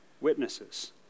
witnesses